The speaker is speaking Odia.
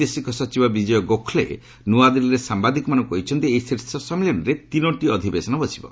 ବୈଦେଶିକ ସଚିବ ବିଜୟ ଗୋଖଲେ ନୂଆଦିଲ୍ଲୀରେ ସାମ୍ବାଦିକମାନଙ୍କୁ କହିଛନ୍ତି ଏହି ଶୀର୍ଷ ସମ୍ମିଳନୀରେ ତିନୋଟି ଅଧିବେଶନ ବସିବ